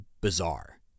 bizarre